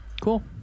Cool